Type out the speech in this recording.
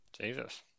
Jesus